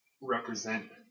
represent